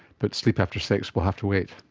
but sleep after sex, we'll have to wait.